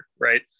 right